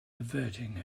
averting